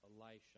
Elisha